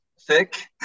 thick